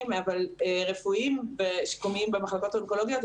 רפואיים ושיקומיים במחלקות האונקולוגיות,